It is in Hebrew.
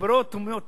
ברוב נאיביותי,